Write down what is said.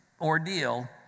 ordeal